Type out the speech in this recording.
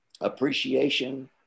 appreciation